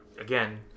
again